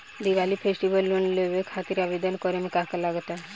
Diwali festival loan लेवे खातिर आवेदन करे म का का लगा तऽ?